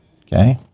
Okay